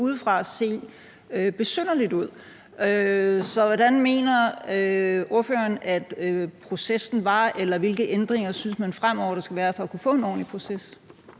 udefra se besynderligt ud. Så hvordan mener ordføreren processen var, eller hvilke ændringer synes man fremover der skal være, for at man kan få en ordentlig proces?